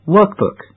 Workbook